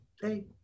hey